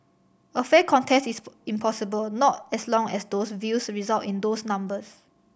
a fair contest is impossible not as long as those views result in those numbers